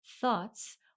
Thoughts